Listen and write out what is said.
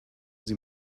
sie